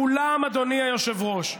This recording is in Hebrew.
כולם, אדוני היושב-ראש,